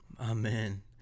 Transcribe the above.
Amen